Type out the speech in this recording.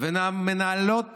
ומנהלות